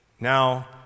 Now